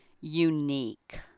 unique